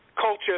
culture